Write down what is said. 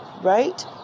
right